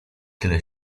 tyle